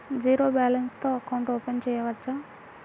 Zero balance తో account open చేయవచ్చు?